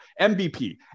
MVP